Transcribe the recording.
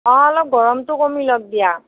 অঁ অলপ গৰমটো কমি লওক দিয়া